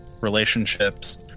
relationships